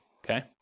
Okay